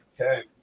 Okay